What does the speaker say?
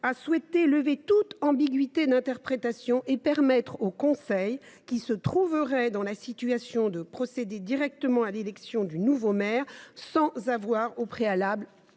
3, lever toute ambiguïté d’interprétation et permettre aux conseils qui se trouveraient dans cette situation de procéder directement à l’élection du nouveau maire, sans avoir au préalable